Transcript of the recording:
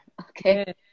okay